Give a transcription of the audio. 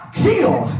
kill